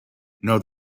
now